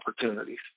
opportunities